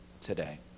today